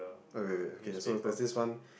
oh wait wait okay so there's this one